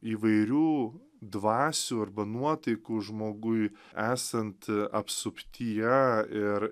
įvairių dvasių arba nuotaikų žmogui esant apsuptyje ir